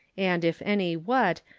and, if any, what,